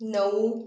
नऊ